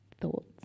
thoughts